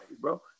bro